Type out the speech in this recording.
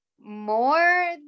more